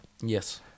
Yes